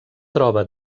troba